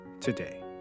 today